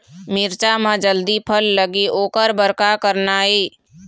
मिरचा म जल्दी फल लगे ओकर बर का करना ये?